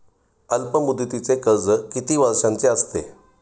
अल्पमुदतीचे कर्ज किती वर्षांचे असते?